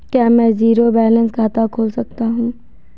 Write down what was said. क्या मैं zero balance खाता खोल सकता हूँ?